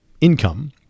income